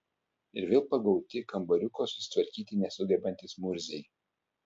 ir vėl pagauti kambariuko susitvarkyti nesugebantys murziai